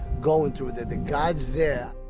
going, through that the guides there